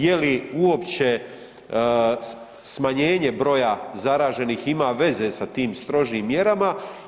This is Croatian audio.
Je li uopće smanjenje broja zaraženih ima veze sa tim strožim mjerama?